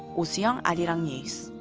oh soo-young, arirang news.